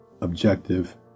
objective